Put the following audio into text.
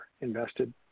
invested